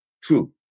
True